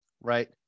right